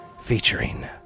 featuring